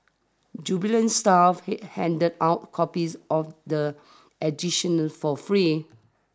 jubile staff handed out copies of the edition for free